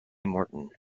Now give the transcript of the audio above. morton